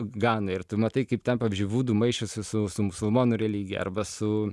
ganoj ir tu matai kaip ten pavyzdžiui vudu maišosi su su musulmonų religija arba su